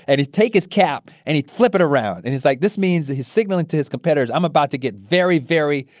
and he'd take his cap and he'd flip it around. and it's like, this means that he's signaling to his competitors, i'm about to get very, very,